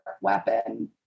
weapon